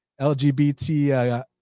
LGBT